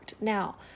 Now